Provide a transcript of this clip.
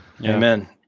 Amen